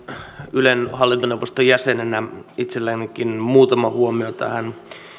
ylen hallintoneuvoston jäsenenä itsellänikin on muutama huomio tähän